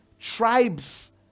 Tribes